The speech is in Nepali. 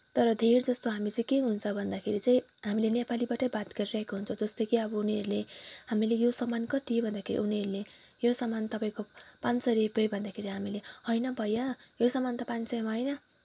तर धेर जस्तो हामी चाहिँ के हुन्छ भन्दाखेरि चाहिँ हामीले नेपालीबाटै बात गरिरहेका हुन्छौँ जस्तै कि अब उनीहरूले हामीले यो सामान कति भन्दाखेरि उनीहरूले यो सामान तपाईँको पाँच सय रुपियाँ भन्दाखेरि हामीले होइन भैया यो सामान त पाँच सयमा होइन